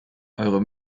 eure